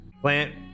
Plant